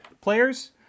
Players